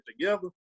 together